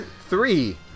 Three